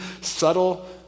subtle